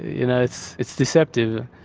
you know it's it's deceptive.